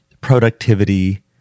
productivity